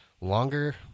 longer